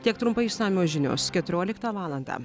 tiek trumpai išsamios žinios keturioliktą valandą